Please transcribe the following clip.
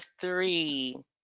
three